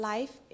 Life